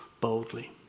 boldly